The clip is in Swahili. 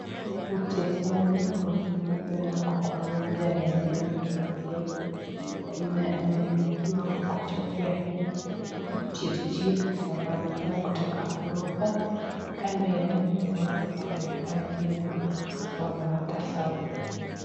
Huyu mchezaji mwenye tunavyoona ako kwa uwanja anaendelea na kazi yake. Ameandikiwa hapo kwa shati yake ni Kipchirchir. Anaonekana kutaka kuruka. Kando yake kuna watu ambao wamekaa chini wanawatazama.